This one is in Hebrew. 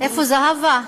איפה זהבה?